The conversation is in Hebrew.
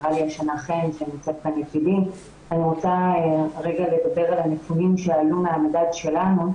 אני רוצה רגע לדבר על המקרים שעלו מהמדד שלנו,